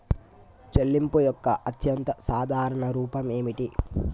చెల్లింపు యొక్క అత్యంత సాధారణ రూపం ఏమిటి?